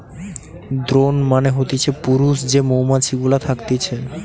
drone মানে হতিছে পুরুষ যে মৌমাছি গুলা থকতিছে